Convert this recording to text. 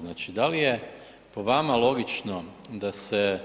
Znači da li je po vama logično da se